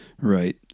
Right